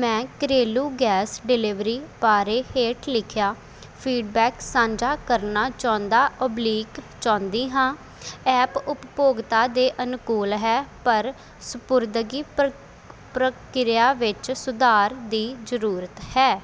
ਮੈਂ ਘਰੇਲੂ gas delivery ਬਾਰੇ ਹੇਠ ਲਿਖਿਆ ਫੀਡਬੈਕ ਸਾਂਝਾ ਕਰਨਾ ਚਾਹੁੰਦਾ ਉਬਲੀਕ ਚਾਹੁੰਦੀ ਹਾਂ ਐਪ ਉਪਭੋਗਤਾ ਦੇ ਅਨੁਕੂਲ ਹੈ ਪਰ ਸਪੁਰਦਗੀ ਪ੍ਰ ਪ੍ਰਕਿਰਿਆ ਵਿੱਚ ਸੁਧਾਰ ਦੀ ਜ਼ਰੂਰਤ ਹੈ